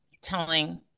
telling